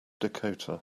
dakota